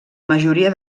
majoria